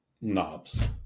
knobs